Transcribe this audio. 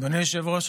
אדוני היושב-ראש,